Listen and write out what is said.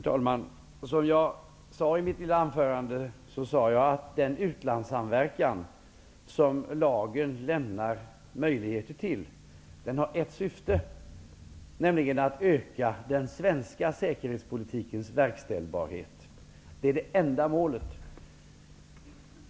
Herr talman! Som jag sade i mitt anförande, har den utlandssamverkan som lagen lämnar möjligheter till ett syfte, nämligen att öka den svenska säkerhetspolitikens verkställbarhet. Det är det enda målet.